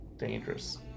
Dangerous